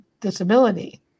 disability